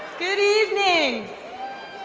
good evening,